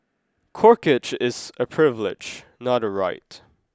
corkage is a privilege not a right